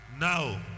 Now